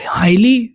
highly